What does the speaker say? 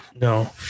No